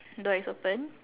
door is open